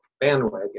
bandwagon